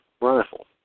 rifle